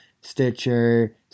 Stitcher